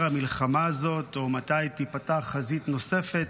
המלחמה הזאת או מתי תיפתח חזית נוספת.